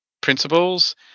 principles